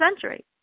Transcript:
century